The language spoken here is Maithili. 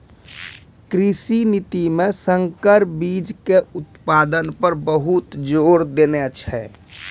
कृषि नीति मॅ संकर बीच के उत्पादन पर बहुत जोर देने छै